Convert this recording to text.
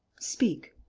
speak.